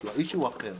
האישו הוא אחר.